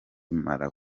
malawi